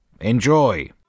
Enjoy